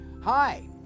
Hi